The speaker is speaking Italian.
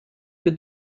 più